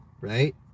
Right